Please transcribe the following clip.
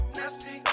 nasty